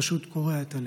פשוט קורע את הלב.